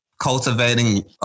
cultivating